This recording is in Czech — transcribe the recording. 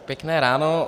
Pěkné ráno.